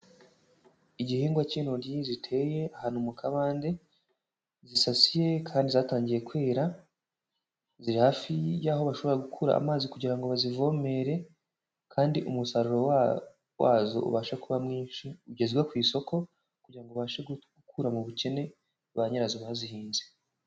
Igihingwa cy'intoryi ziteye ahantu mu kabande zisasiye kandi zatangiye kwera, ziri hafi y'aho bashobora gukura amazi kugira ngo bazivomere kandi umusaruro wazo ubasha kuba mwinshi ugezwa ku isoko kugira ngo ubashe gukura mu bukene ba nyirazo bazihinze.